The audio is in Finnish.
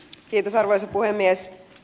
kiitos arvoisa puhemies